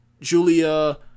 Julia